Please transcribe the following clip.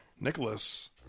Nicholas